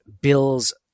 Bills